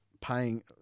paying